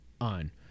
on